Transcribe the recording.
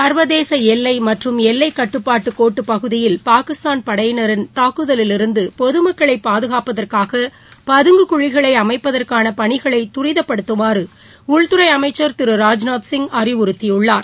சர்வதேச எல்லை மற்றும் எல்லை கட்டுப்பாட்டுக்கோட்டுப் பகுதியில்பாகிஸ்தான் படையினரின் தாக்குதலிலிருந்து பொது மக்களை பாதுகாப்பதற்காக பதுங்கு குழிகளை அமைப்பதற்கான பணிகளை துரிதப்படுத்துமாறு உள்துறை அமைச்சர் திரு ராஜ்நாத் சிங் அறிவுறுத்தியுள்ளார்